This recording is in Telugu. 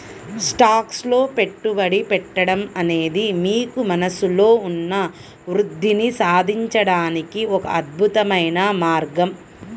స్టాక్స్ లో పెట్టుబడి పెట్టడం అనేది మీకు మనస్సులో ఉన్న వృద్ధిని సాధించడానికి ఒక అద్భుతమైన మార్గం